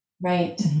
Right